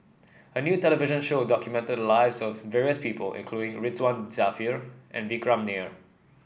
a new television show documented the lives of various people including Ridzwan Dzafir and Vikram Nair